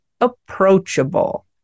approachable